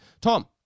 Tom